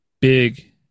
big